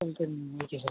okay sir